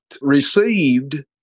received